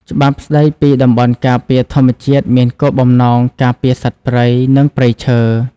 ច្បាប់ស្តីពីតំបន់ការពារធម្មជាតិមានគោលបំណងការពារសត្វព្រៃ និងព្រៃឈើ។